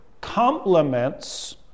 complements